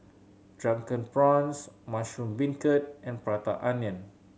Drunken Prawns mushroom beancurd and Prata Onion